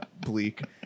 bleak